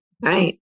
right